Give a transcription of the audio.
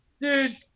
Dude